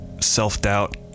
self-doubt